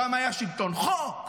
שם היה שלטון חוק,